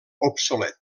obsolet